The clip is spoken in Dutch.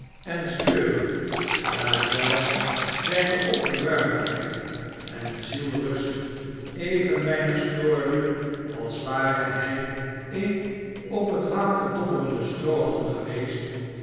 en sleuren hetwelk zijne opgeruimdheid en zielrust even weinig stoorde als ware hij een op het water dobberende stroohalm geweest